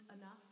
enough